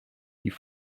die